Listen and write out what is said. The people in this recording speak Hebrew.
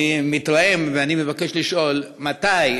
אני מתרעם ואני מבקש לשאול מתי.